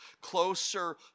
closer